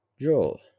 Joel